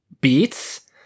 Beats